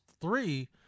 three